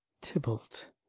tybalt